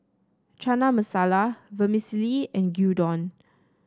Chana Masala Vermicelli and Gyudon